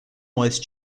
voice